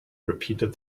repeated